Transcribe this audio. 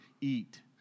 eat